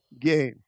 game